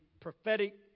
prophetic